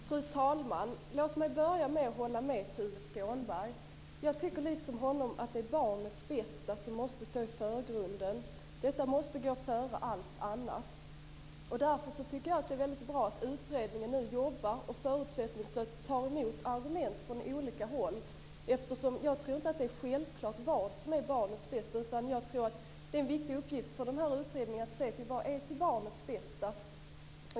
Fru talman! Låt mig börja med att hålla med Tuve Skånberg. Jag tycker liksom han att det är barnets bästa som måste stå i förgrunden. Detta måste gå före allt annat. Därför tycker jag att det är väldigt bra att utredningen nu jobbar och förutsättningslöst tar emot argument från olika håll. Jag tror inte att det är självklart vad som är barnets bästa, utan jag tror att det är en viktig uppgift för utredningen att se till vad som är barnets bästa.